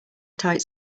tight